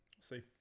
See